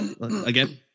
Again